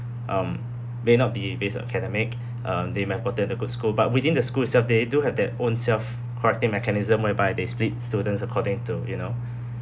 um may not be based on academic um they might quota the good school but within the school itself they do have that own self-correcting mechanism whereby they split students according to you know